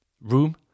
room